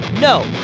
No